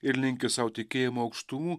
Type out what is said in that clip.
ir linki sau tikėjimo aukštumų